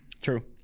true